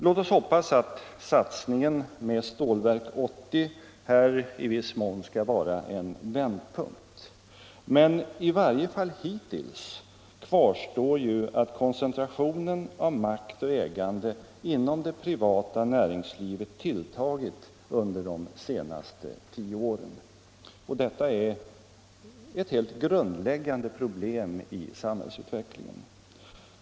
Låt oss hoppas att satsningen på Stålverk 80 i viss mån skall vara en vändpunkt. Men i varje fall hittills kvarstår ju att koncentrationen av makt och ägande inom det privata näringslivet tilltagit under de senaste tio åren. Detta är ett helt grundläggande problem i samhällsutvecklingen.